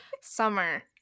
summer